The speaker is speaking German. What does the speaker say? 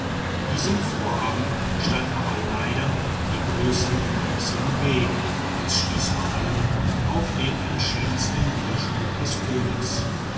diesem vorhaben standen aber leider die größten hindernisse im weg es stieß vor allem auf den entschiedensten widerspruch des königs